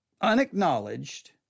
unacknowledged